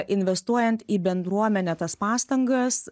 investuojant į bendruomenę tas pastangas